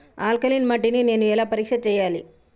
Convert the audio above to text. Alkaline మట్టి ని నేను ఎలా పరీక్ష చేయాలి?